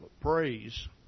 praise